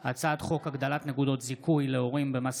הממשלה: הצעת חוק הגדלת נקודות זיכוי להורים במס